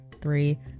three